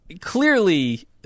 Clearly